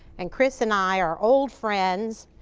and chris and i are old friends.